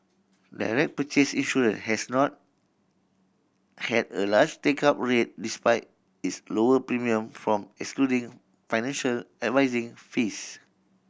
direct purchase insurance has not had a large take up rate despite its lower premium from excluding financial advising fees